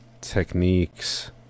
techniques